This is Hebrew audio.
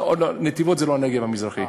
לא, נתיבות זה לא הנגב המזרחי.